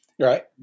Right